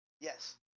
yes